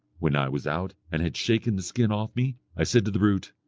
when i was out and had shaken the skin off me, i said to the brute,